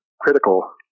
critical